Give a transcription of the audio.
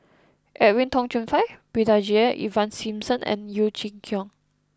Edwin Tong Chun Fai Brigadier Ivan Simson and Yeo Chee Kiong